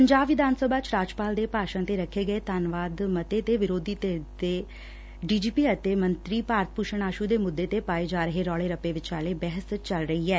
ਪੰਜਾਬ ਵਿਧਾਨ ਸਭਾ ਚ ਰਾਜਪਾਲ ਦੇ ਭਾਸ਼ਣ ਤੇ ਰੱਖੇ ਗਏ ਧੰਨਵਾਦ ਮੱਤੇ ਤੇ ਵਿਰੋਧੀ ਧਿਰ ਦੇ ਡੀ ਜੀ ਪੀ ਅਤੇ ਮੰਤਰੀ ਭਾਰਤ ਭੂਸ਼ਣ ਆਸੂ ਦੇ ਮੁੱਦੇ ਤੇ ਪਾਏ ਜਾ ਰਹੇ ਰੋਲੇ ਰੱਪੇ ਵਿਚਾਲੇ ਬਹਿਸ ਚੱਲ ਰਹੀ ਐ